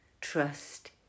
Trust